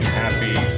happy